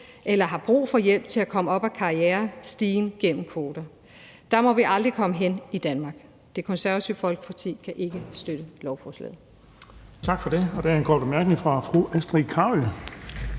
eller har brug for hjælp til at komme op ad karrierestigen gennem kvoter. Der må vi aldrig komme hen i Danmark. Det Konservative Folkeparti kan ikke støtte lovforslaget.